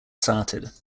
started